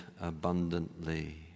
abundantly